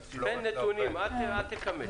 אל תקמץ.